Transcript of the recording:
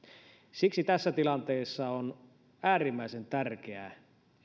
siksi tässä tilanteessa on äärimmäisen tärkeää että